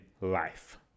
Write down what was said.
life